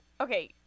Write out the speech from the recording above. Okay